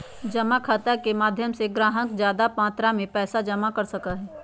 जमा खाता के माध्यम से ग्राहक ज्यादा मात्रा में पैसा जमा कर सका हई